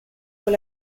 con